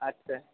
আচ্ছা